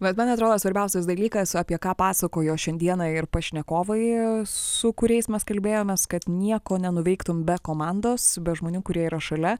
bet man atrodo svarbiausias dalykas apie ką pasakojo šiandieną ir pašnekovai su kuriais mes kalbėjomės kad nieko nenuveiktum be komandos be žmonių kurie yra šalia